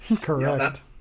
correct